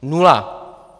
Nula.